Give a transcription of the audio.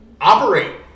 Operate